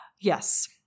yes